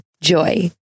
JOY